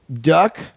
duck